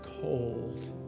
cold